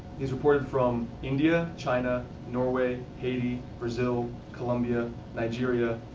he's reported from india, china, norway, haiti, brazil, columbia, nigeria,